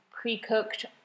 pre-cooked